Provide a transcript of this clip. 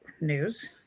news